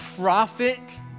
profit